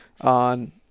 on